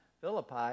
Philippi